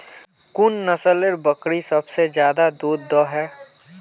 कुन नसलेर बकरी सबसे ज्यादा दूध दो हो?